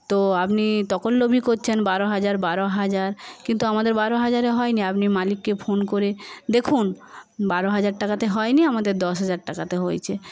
তো আপনি করছেন বারো হাজার বারো হাজার কিন্তু আমাদের বারো হাজারে হয়নি আপনি মালিককে ফোন করে দেখুন বারো হাজার টাকাতে হয়নি আমাদের দশ হাজার টাকাতে হয়েছে